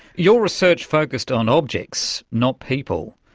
your research focused on objects, not people.